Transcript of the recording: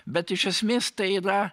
bet iš esmės tai yra